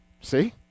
See